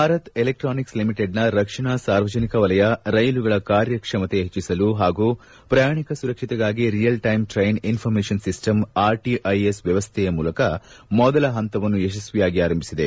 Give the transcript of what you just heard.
Bharat electronics ಲಿಮಿಟೆಡ್ನ ರಕ್ಷಣಾ ಸಾರ್ವಜನಿಕ ವಲಯ ರೈಲುಗಳ ಕಾರ್ಯಕ್ಷಮತೆ ಹೆಚ್ಚಿಸಲು ಹಾಗೂ ಪ್ರಯಾಣಿಕ ಸುರಕ್ಷತೆಗಾಗಿ real time train information system RTIS ವ್ಯವಸ್ಟೆಯ ಮೊದಲ ಹಂತವನ್ನು ಯಶಸ್ವಿಯಾಗಿ ಆರಂಭಿಸಿದೆ